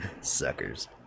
suckers